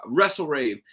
WrestleRave